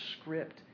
script